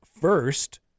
first